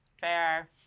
Fair